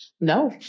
No